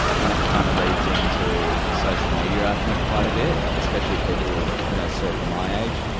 and that kind of leads into social media i think quite a bit, especially people you know circa my age.